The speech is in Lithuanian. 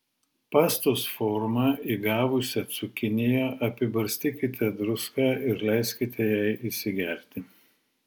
pastos formą įgavusią cukiniją apibarstykite druską ir leiskite jai įsigerti